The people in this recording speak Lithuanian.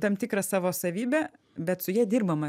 tam tikrą savo savybę bet su ja dirbama